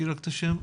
תזכירי רק את השם.